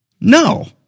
No